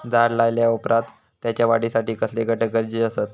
झाड लायल्या ओप्रात त्याच्या वाढीसाठी कसले घटक गरजेचे असत?